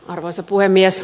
arvoisa puhemies